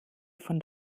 von